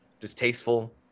distasteful